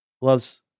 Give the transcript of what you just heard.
loves